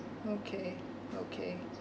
okay okay